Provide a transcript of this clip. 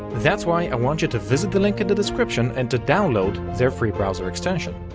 that's why i want you to visit the link in the description and to download their free browser extension.